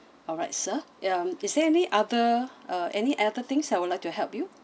alright sir uh is there any other uh any other things I would like to help you